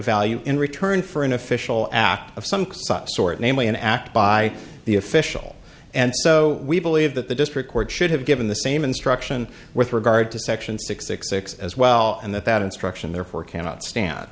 value in return for an official act of some sort namely an act by the official and so we believe that the district court should have given the same instruction with regard to section six six six as well and that that instruction therefore cannot stand